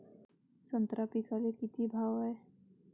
संत्रा पिकाले किती भाव हाये?